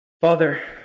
Father